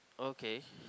okay